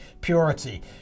purity